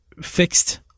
fixed